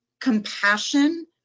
compassion